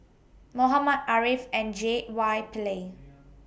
Muhammad Ariff and J Y Pillay